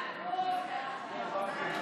ההצעה להעביר את הצעת חוק לתיקון